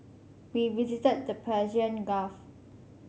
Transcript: we visited the Persian Gulf